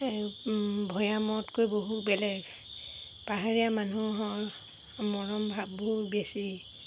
এই ভৈয়ামতকৈ বহু বেলেগ পাহাৰীয়া মানুহৰ মৰম ভাবো বেছি